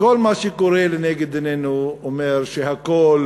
שכל מה שקורה לנגד עינינו אומר שהקול